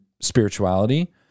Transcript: spirituality